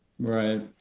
Right